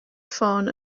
ffôn